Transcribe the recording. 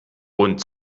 und